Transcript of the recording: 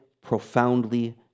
profoundly